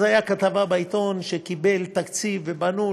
הייתה כתבה בעיתון שקיבל תקציב ובנו,